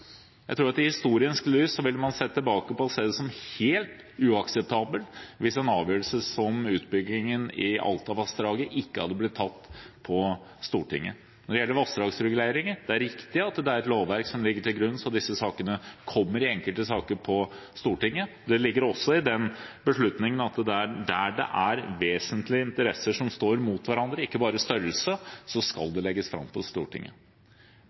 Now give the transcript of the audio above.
Jeg tror at i et historisk lys ville man – hvis man ser tilbake – se det som helt uakseptabelt hvis en avgjørelse som utbyggingen i Altavassdraget ikke hadde blitt tatt på Stortinget. Når det gjelder vassdragsregulering, er det riktig at det er et lovverk som ligger til grunn, så disse sakene kommer til Stortinget som enkeltsaker. Det ligger også i den beslutningen at der det er vesentlige interesser som står mot hverandre, ikke bare størrelse, skal det legges fram for Stortinget.